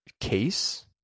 case